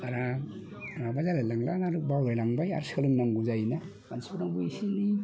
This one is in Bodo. बारा माबा जालायलांला आरो बावलांबाय आरो सोलोंनांगौ जायोना मानसिफोरनावबो एसे एनै